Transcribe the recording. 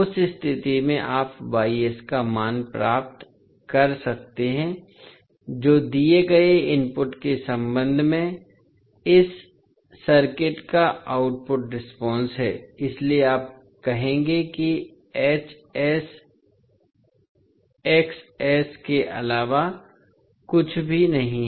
उस स्थिति में आप का मान पा सकते हैं जो दिए गए इनपुट के संबंध में इस सर्किट की आउटपुट रेस्पॉन्स है इसलिए आप कहेंगे कि के अलावा कुछ भी नहीं है